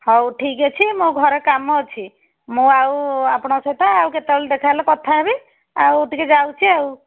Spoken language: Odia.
ହଉ ଠିକ୍ ଅଛି ମୋ ଘରେ କାମ ଅଛି ମୁଁ ଆଉ ଆପଣଙ୍କ ସହିତ ଆଉ କେତେବେଳେ ଦେଖାହେଲେ କଥା ହେବି ଆଉ ଟିକିଏ ଯାଉଛି ଆଉ